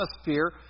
atmosphere